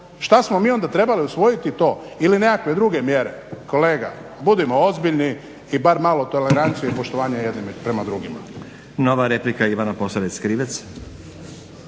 Što smo mi onda trebali usvojiti to ili nekakve druge mjere? Kolega, budimo ozbiljni i barem malo tolerancije i poštovanja jedni prema drugima. **Stazić, Nenad (SDP)** Nova replika, Ivana Posavec Krivec.